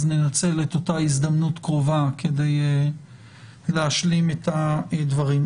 אז ננצל את אותה הזדמנות קרובה כדי להשלים את הדברים.